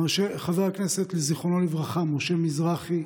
לגבי חבר הכנסת משה מזרחי,